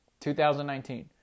2019